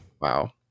wow